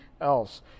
else